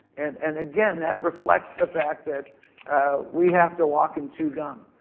and and, again, that reflects the fact that we have to walk and chew gum,